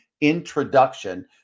introduction